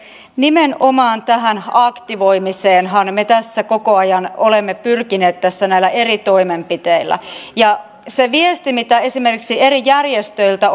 nimenomaan tähän aktivoimiseenhan me tässä koko ajan olemme pyrkineet näillä eri toimenpiteillä ja se viesti mitä esimerkiksi eri järjestöiltä